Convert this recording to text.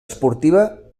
esportiva